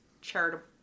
Charitable